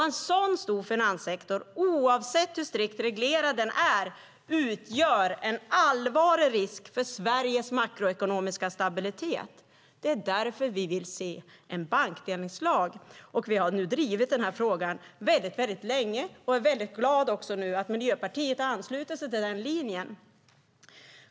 En så stor finanssektor, oavsett hur strikt reglerad den är, utgör en allvarlig risk för Sveriges makroekonomiska stabilitet. Det är därför vi vill se en bankdelningslag. Vi har nu drivit den här frågan väldigt länge och är glada att Miljöpartiet nu anslutit sig till den linjen.